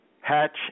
Hatch